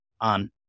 on